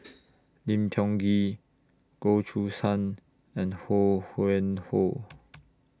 Lim Tiong Ghee Goh Choo San and Ho Yuen Hoe